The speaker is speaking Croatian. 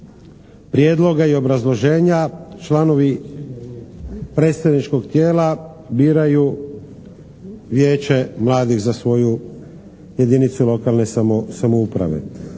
prijedloga i obrazloženja članovi predstavničkog tijela biraju vijeće mladih za svoju jedinicu lokalne samouprave.